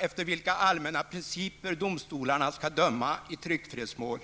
efter vilka allmänna principer domstolarna skall döma i tryckfrihetsmål,